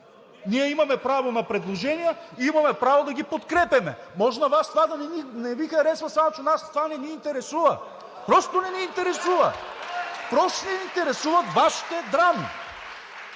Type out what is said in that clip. Ние имаме право на предложения и имаме право да ги подкрепяме! Може на Вас това да не Ви харесва, само че нас това не ни интересува, просто не ни интересува, просто не ни интересуват Вашите драми!